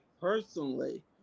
personally